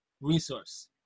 resource